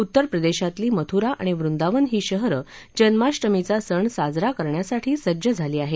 उत्तर प्रदेशातली मथुरा आणि वृंदावन ही शहरं जन्माष्टमीचा सण साजरा करण्यासाठी सज्ज झाली आहेत